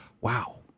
wow